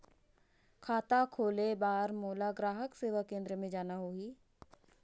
खाता खोले बार मोला ग्राहक सेवा केंद्र जाना होही?